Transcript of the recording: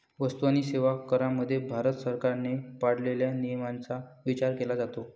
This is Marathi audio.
वस्तू आणि सेवा करामध्ये भारत सरकारने पाळलेल्या नियमांचा विचार केला जातो